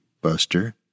Buster